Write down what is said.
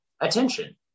attention